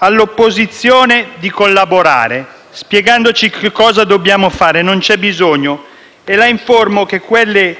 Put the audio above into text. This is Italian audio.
all'opposizione di collaborare, spiegandoci cosa dobbiamo fare. Non c'è bisogno e la informo che quelle